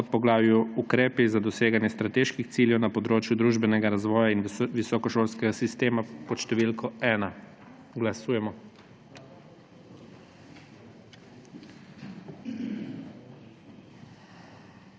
podpoglavju Ukrepi za doseganje strateških ciljev na področju družbenega razvoja in visokošolskega sistema pod številko 1. Glasujemo.